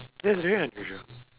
that's very unusual